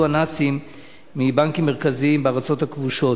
הנאצים מבנקים מרכזיים בארצות הכבושות.